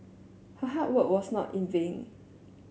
her hard work was not in vain